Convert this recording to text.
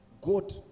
God